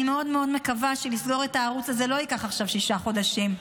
אני מאוד מאוד מקווה שלסגור את הערוץ הזה לא ייקח עכשיו שישה חודשים.